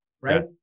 right